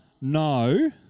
No